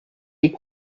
est